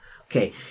Okay